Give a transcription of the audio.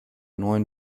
neuen